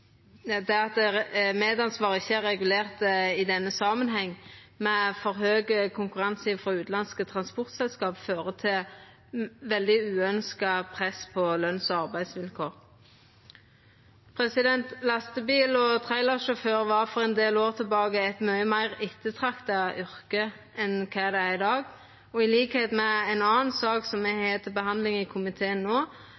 for stor konkurranse frå utanlandske transportselskap, fører til eit veldig uønskt press på løns- og arbeidsvilkår. Lastebil- og trailersjåfør var for ein del år tilbake eit mykje meir ettertrakta yrke enn det er i dag. Til liks med ei anna sak me har til behandling i komiteen no, bør det for mange fleire enn venstresida i norsk politikk no vera klart at meir regulering som